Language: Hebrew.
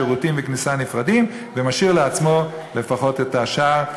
שירותים וכניסה נפרדים ומשאיר לעצמו לפחות את השאר,